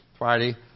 Friday